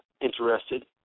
interested